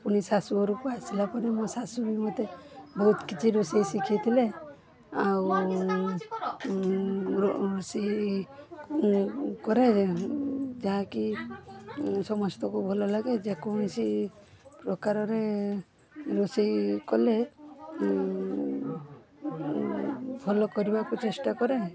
ପୁଣି ଶାଶୁ ଘରକୁ ଆସିଲା ପରେ ମୋ ଶାଶୁ ବି ମତେ ବହୁତ କିଛି ରୋଷେଇ ଶିଖେଇଥିଲେ ଆଉ ରୋ ରୋଷେଇ କରେ ଯାହା କି ସମସ୍ତଙ୍କୁ ଭଲ ଲାଗେ ଯେକୌଣସି ପ୍ରକାରରେ ରୋଷେଇ କଲେ ଭଲ କରିବାକୁ ଚେଷ୍ଟା କରେ